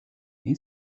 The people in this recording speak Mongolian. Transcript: энэ